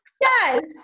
Yes